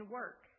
work